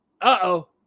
Uh-oh